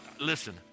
listen